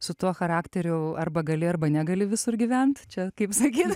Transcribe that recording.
su tuo charakteriu arba gali arba negali visur gyvent čia kaip sakyt